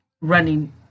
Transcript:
running